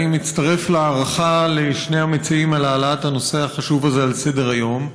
אני מצטרף להערכה לשני המציעים על העלאת הנושא החשוב הזה על סדר-היום.